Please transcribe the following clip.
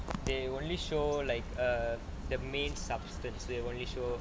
they only show like err the main substance they only show